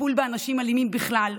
טיפול באנשים אלימים בכלל,